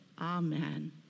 amen